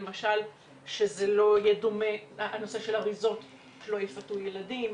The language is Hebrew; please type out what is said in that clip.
למשל שהאריזות לא יפתו ילדים,